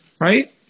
right